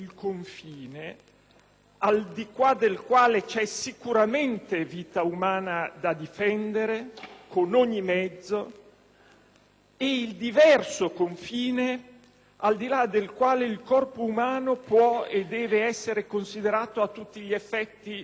al di qua del quale c'è sicuramente vita umana da difendere con ogni mezzo, e il diverso confine al di là del quale il corpo umano può e deve essere considerato a tutti gli effetti morto.